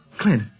Clint